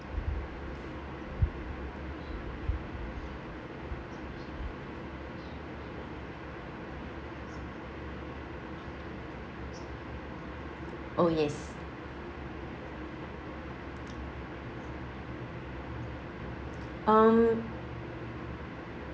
oh yes um